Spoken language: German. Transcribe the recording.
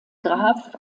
graf